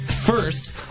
first